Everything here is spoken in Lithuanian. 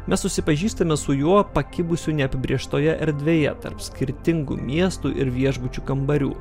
mes susipažįstame su juo pakibusiu neapibrėžtoje erdvėje tarp skirtingų miestų ir viešbučių kambarių